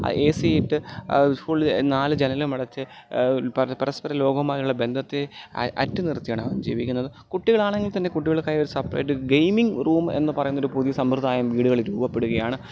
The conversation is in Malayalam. എ സി ഇട്ട് ഫുൾ നാല് ജനലും അടച്ച് പരസ്പര ലോകവുമായുള്ള ബന്ധത്തെ അറ്റ് നിർത്തിയാണ് അവൻ ജീവിക്കുന്നത് കുട്ടികളാണെങ്കിൽ തന്നെ കുട്ടികൾക്കായി സെപ്പറേറ്റ് ഗെയിമിംഗ് റൂം എന്ന് പറയുന്ന ഒരു പുതിയ സമ്പ്രദായം വീടുകളിൽ രൂപപ്പെടുകയാണ്